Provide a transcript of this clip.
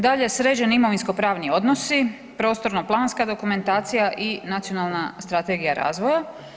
Dalje, sređeni imovinsko pravni odnosi, prostorno planska dokumentacija i nacionalna strategija razvoja.